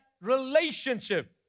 relationship